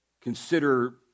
consider